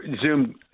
Zoom